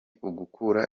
ugukura